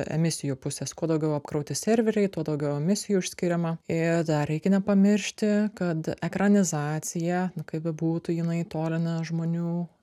emisijų pusės kuo daugiau apkrauti serveriai tuo daugiau emisijų išskiriama ir dar reikia nepamiršti kad ekranizacija kaip bebūtų jinai tolina žmonių